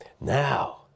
Now